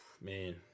Man